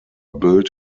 built